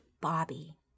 Bobby